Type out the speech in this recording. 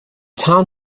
town